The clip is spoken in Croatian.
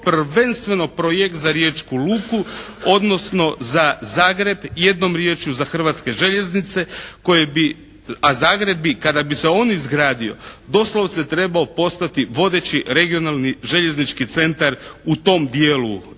prvenstveno projekt za Riječku luku, odnosno za Zagreb, jednom riječju za Hrvatske željeznice, a Zagreb bi kada bi se on izgradio doslovce trebao postati vodeći regionalni željeznički centar u tom dijelu